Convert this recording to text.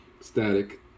static